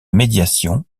médiation